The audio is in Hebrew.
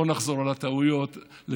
לא נחזור על הטעויות שעשו,